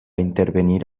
intervenir